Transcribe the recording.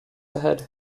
ahead